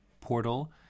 portal